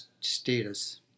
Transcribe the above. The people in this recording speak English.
status